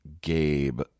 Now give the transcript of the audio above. Gabe